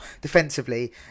defensively